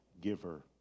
giver